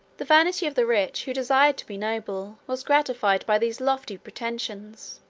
the vanity of the rich, who desired to be noble, was gratified by these lofty pretensions.